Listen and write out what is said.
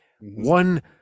One